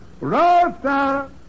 Rosa